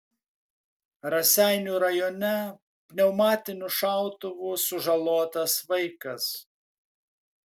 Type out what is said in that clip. raseinių rajone pneumatiniu šautuvu sužalotas vaikas